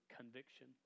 conviction